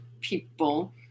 people